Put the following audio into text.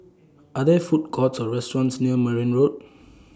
Are There Food Courts Or restaurants near Merryn Road